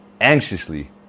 anxiously